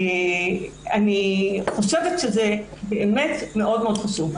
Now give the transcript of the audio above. אני חושבת שזה באמת מאוד מאוד חשוב.